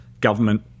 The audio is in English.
government